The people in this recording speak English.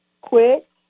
quick